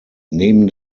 neben